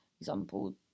example